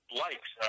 likes